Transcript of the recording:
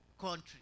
country